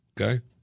Okay